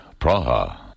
Praha